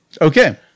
okay